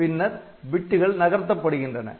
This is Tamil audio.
பின்னர் பிட்டுகள் நகர்த்தப்படுகின்றன